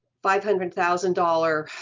five hundred thousand dollars